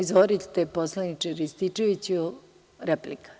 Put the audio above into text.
Izvolite poslaniče Rističeviću, replika.